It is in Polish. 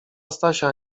stasia